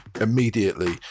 immediately